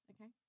Okay